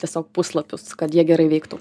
tiesiog puslapius kad jie gerai veiktų